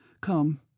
Come